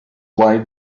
why